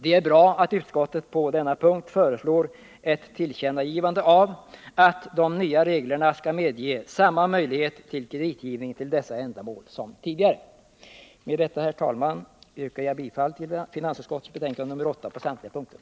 Det är bra att utskottet på denna punkt föreslår ett tillkännagivande av att de nya reglerna skall medge samma möjlighet till kreditgivning till dessa ändamål som tidigare. Med detta, herr talman, yrkar jag bifall till finansutskottets hemställan på samtliga punkter.